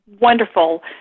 wonderful